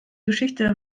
geschichte